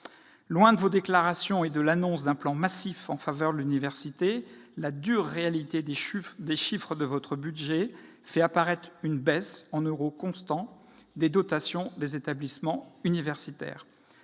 Loin de vos déclarations et de l'annonce d'un plan massif en faveur de l'université, la dure réalité des chiffres de votre budget fait apparaître une baisse, en euros constants, des dotations des établissements universitaires.